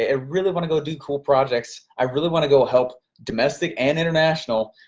ah really wanna go do cool projects. i really wanna go help domestic and international.